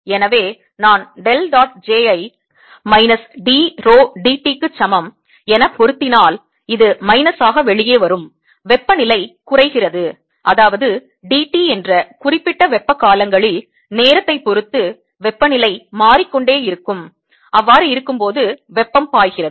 எனவே நான் del dot j ஐ minus d rho d t க்குச் சமம் எனப் பொருத்தினால் இது மைனஸ் ஆக வெளியே வரும் வெப்பநிலை குறைகிறது அதாவது d T என்ற குறிப்பிட்ட வெப்பக் காலங்களில் நேரத்தைப் பொறுத்து வெப்பநிலை மாறிக்கொண்டே இருக்கும் போது வெப்பம் பாய்கிறது